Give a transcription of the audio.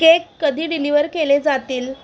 cake कधी deliver केले जातील